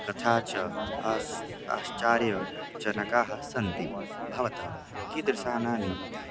तथा च आस् आश्चर्यजनकाः सन्ति भवतः कीदृशानि